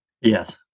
yes